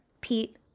Pete